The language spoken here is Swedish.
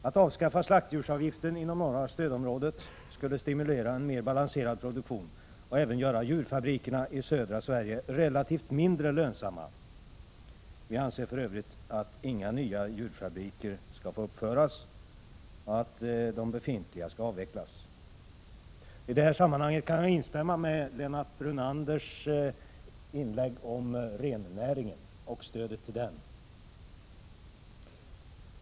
Att avskaffa slaktdjursavgiften inom norra stödområdet skulle stimulera en mer balanserad produktion och även göra djurfabrikerna i södra Sverige relativt mindre lönsamma. Vi anser för övrigt att inga nya djurfabriker skall få uppföras och att de befintliga skall avvecklas. I detta sammanhang vill jag instämma i Lennart Brunanders inlägg om rennäringen och stödet till den.